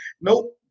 Nope